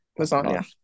Lasagna